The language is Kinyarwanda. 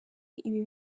ibi